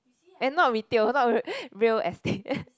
eh not retail not r~ real estate